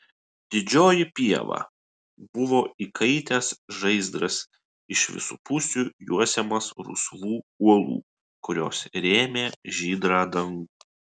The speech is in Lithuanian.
didžioji pieva buvo įkaitęs žaizdras iš visų pusių juosiamas rusvų uolų kurios rėmė žydrą dangų